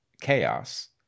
chaos